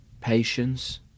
patience